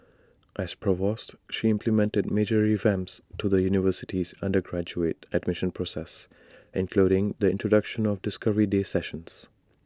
as provost she implemented major revamps to the university's undergraduate admission process including the introduction of discovery day sessions